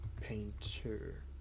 painter